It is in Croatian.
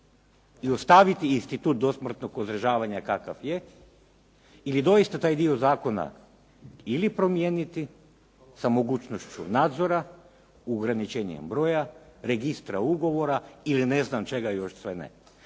i ostaviti institut dosmrtnog uzdržavanja kakav je ili doista taj dio zakona ili promijeniti sa mogućnošću nadzora u ograničenju broja, registra ugovora ili ne znam čega još sve.